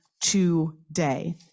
today